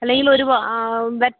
അല്ലെങ്കിലൊരു വാ ബെറ്റ് ആ